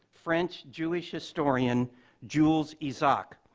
french jewish historian jules isaac,